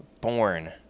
born